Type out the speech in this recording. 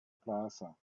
plaza